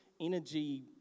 energy